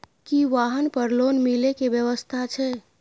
की वाहन पर लोन मिले के व्यवस्था छै?